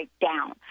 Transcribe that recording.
down